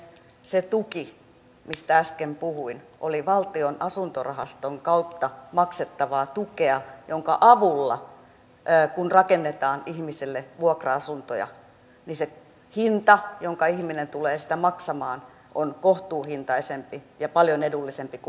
se tuki mistä äsken puhuin oli valtion asuntorahaston kautta maksettavaa tukea jonka avulla kun rakennetaan ihmisille vuokra asuntoja se hinta jonka ihminen tulee siitä maksamaan on kohtuullisempi ja paljon edullisempi kuin markkinakoroin